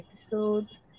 episodes